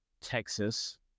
Texas